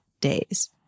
days